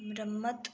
मरम्मत